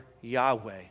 Yahweh